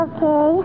Okay